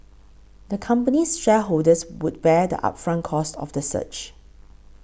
the company's shareholders would bear the upfront costs of the search